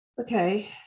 okay